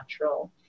natural